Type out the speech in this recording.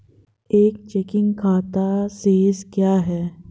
एक चेकिंग खाता शेष क्या है?